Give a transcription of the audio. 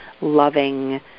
loving